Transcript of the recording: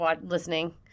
listening